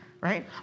right